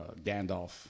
Gandalf